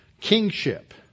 kingship